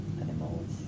animals